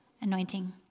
anointing